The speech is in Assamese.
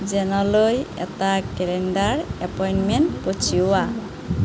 জেনলৈ এটা কেলেণ্ডাৰ এপইন্টমেন্ট পঠিওৱা